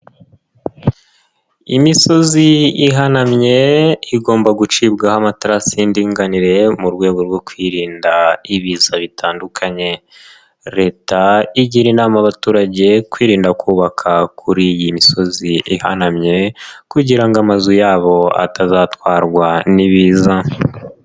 Imisozi ihanamye igomba gucibwaho amatarasi y'indinganire mu rwego rwo kwirinda ibiza bitandukanye, Leta igira inama abaturage kwirinda kubaka kuri iyi misozi ihanamye kugira ngo amazu yabo atazatwarwa n'ibiza.